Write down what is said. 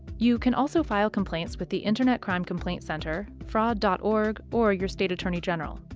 you can also file complaints with the internet crime complaint center fraud dot org or your state attorney general.